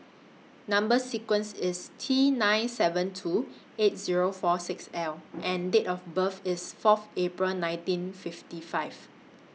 Number sequence IS T nine seven two eight Zero four six L and Date of birth IS Fourth April nineteen fifty five